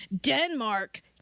Denmark